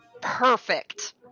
Perfect